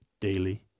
daily